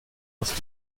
aus